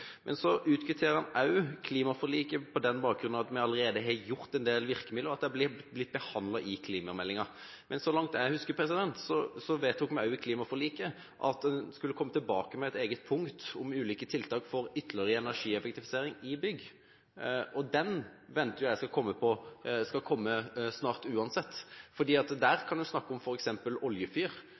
Men så utkvitterer han også klimaforliket på den bakgrunn at vi allerede har iverksatt en del virkemidler, og at det har blitt behandlet i klimameldingen. Men så langt jeg husker, vedtok vi også i klimaforliket at man skulle komme tilbake med et eget punkt om ulike tiltak for ytterligere energieffektivisering i bygg. Det forventer jeg at kommer snart uansett, for der kan man snakke om